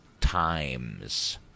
times